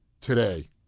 today